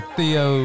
Theo